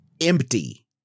Empty